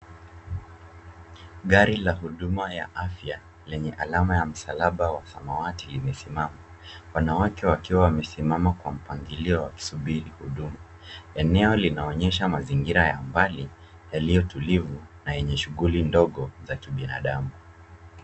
Gari la huduma ya afya lenye alama ya msalaba wa samawati imesimama. Wanawake wakiwa wamesimama kwa mpangilio wakisubiri huduma. Eneo linaonyesha mazingira ya mbali, yaliyotulivu na yenye shughuli ndogo za kibinadamu.